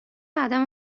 عدم